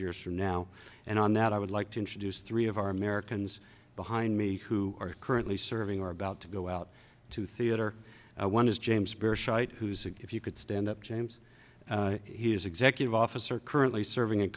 years from now and on that i would like to introduce three of our americans behind me who are currently serving or about to go out to theater one is james beard who's if you could stand up james he is executive officer currently serving